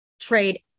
trade